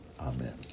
Amen